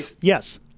yes